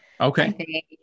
Okay